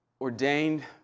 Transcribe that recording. ordained